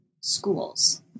schools